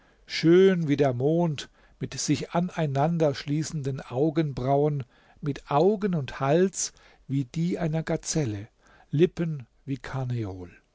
schön wie der mond mit sich aneinander schließenden augenbrauen mit augen und hals wie die einer gazelle lippen wie karneol